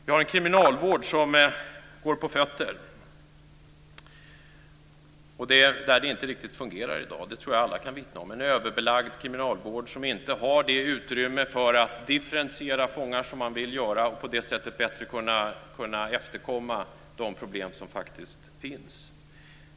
Vi har en kriminalvård som inte riktigt fungerar i dag. Det tror jag att alla kan vittna om. Det är en överbelagd kriminalvård som inte har det utrymme för att differentiera fångar som man vill göra och på det sättet bättre kunna efterkomma de problem som faktiskt finns.